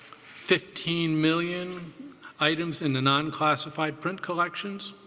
fifteen million items in the non-classified print collections,